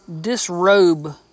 disrobe